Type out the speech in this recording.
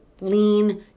lean